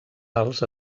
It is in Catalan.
alts